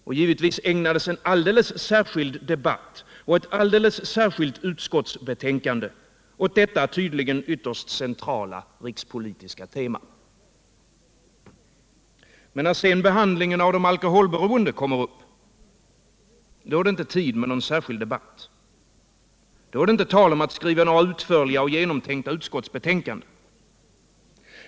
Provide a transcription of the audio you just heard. Och givetvis ägnades en alldeles särskild debatt och ett alldeles särskilt utskottsbetänkande åt detta tydligen ytterst centrala rikspolitiska tema. Men när sedan behandlingen av de alkoholberoende kommer upp — då har man inte tid med någon särskild debatt. Då är det inte tal om att skriva några utförliga och genomtänkta utskottsbetänkanden.